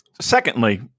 Secondly